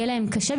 יהיה להם קשה,